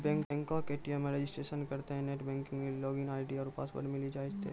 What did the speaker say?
बैंको के ए.टी.एम मे रजिस्ट्रेशन करितेंह नेट बैंकिग लेली लागिन आई.डी आरु पासवर्ड मिली जैतै